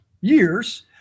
years